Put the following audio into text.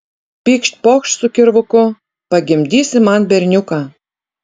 pykšt pokšt su kirvuku pagimdysi man berniuką